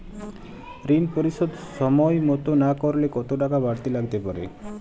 ঋন পরিশোধ সময় মতো না করলে কতো টাকা বারতি লাগতে পারে?